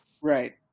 Right